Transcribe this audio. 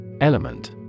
Element